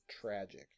tragic